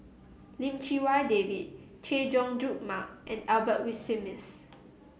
Lim Chee Wai David Chay Jung Jun Mark and Albert Winsemius